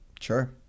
Sure